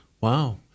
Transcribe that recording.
Wow